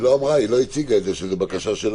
היא לא אמרה, היא לא הציגה את זה שזאת בקשה שלהם.